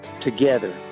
together